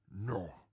No